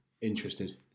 interested